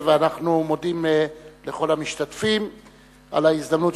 ואנחנו מודים לכל המשתתפים על ההזדמנות